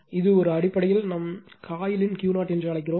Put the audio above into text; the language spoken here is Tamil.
இது ஒரு அடிப்படையில் நாம் காயிலின் Q0 என்று அழைக்கிறோம்